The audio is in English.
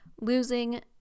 losing